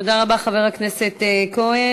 תודה רבה, חבר הכנסת כהן.